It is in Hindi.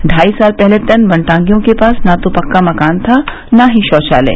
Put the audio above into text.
ढाई साल पहले तक वनटागियों के पास न तो पक्का मकान था और न ही शौचालय